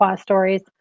stories